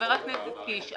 חבר הכנסת קיש,